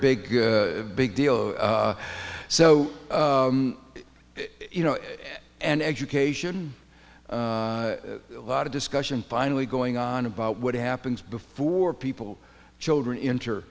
big big deal so you know and education a lot of discussion finally going on about what happens before people children int